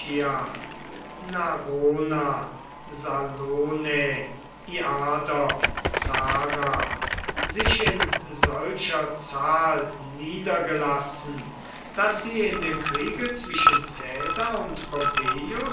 sich in solcher zahl niedergelassen daß sie in dem kriege zwischen caesar und